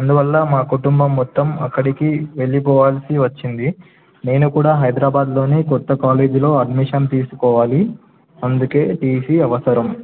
అందువల్ల మా కుటుంబం మొత్తం అక్కడికి వెళ్ళిపోవాల్సి వచ్చింది నేను కూడా హైదరాబాద్లోనే కొత్త కాలేజీలో అడ్మిషన్ తీసుకోవాలి అందుకే టీసీ అవసరం